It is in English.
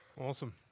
Awesome